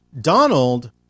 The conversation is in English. Donald